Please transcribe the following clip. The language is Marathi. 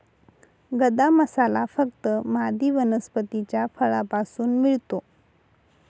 गदा मसाला फक्त मादी वनस्पतीच्या फळापासून मिळतो